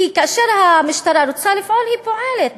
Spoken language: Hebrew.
כאשר המשטרה רוצה לפעול, היא פועלת.